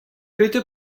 petra